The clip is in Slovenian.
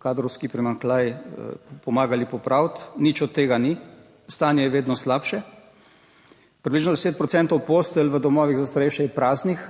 kadrovski primanjkljaj pomagali popraviti. Nič od tega ni, stanje je vedno slabše. Približno 10 procentov postelj v domovih za starejše je praznih